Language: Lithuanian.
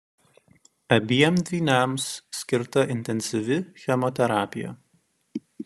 abiem dvyniams skirta intensyvi chemoterapija